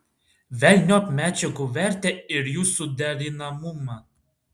velniop medžiagų vertę ir jų suderinamumą